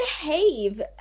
behave